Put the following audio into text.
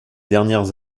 dernières